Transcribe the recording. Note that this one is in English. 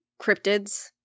cryptids